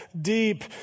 deep